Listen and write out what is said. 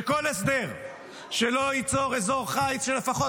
שכל הסדר שלא ייצור אזור חיץ של לפחות